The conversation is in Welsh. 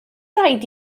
raid